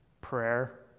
Prayer